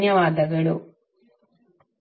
ಧನ್ಯವಾದಗಳು